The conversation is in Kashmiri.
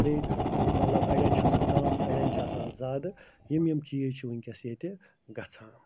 بیٚیہِ یہِ مطلب اَڑٮ۪ن چھِ آسان کَم اَڑٮ۪ن چھِ آسان زیادٕ یِم یِم چیٖز چھِ وٕنۍکٮ۪س ییٚتہِ گژھان